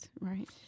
Right